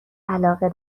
علاقه